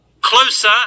closer